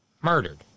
murdered